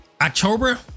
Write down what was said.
october